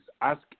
ask